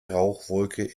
rauchwolke